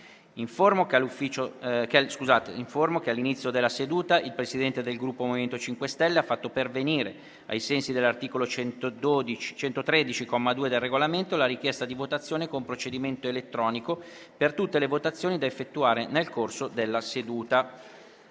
che all'inizio della seduta il Presidente del Gruppo MoVimento 5 Stelle ha fatto pervenire, ai sensi dell'articolo 113, comma 2, del Regolamento, la richiesta di votazione con procedimento elettronico per tutte le votazioni da effettuare nel corso della seduta.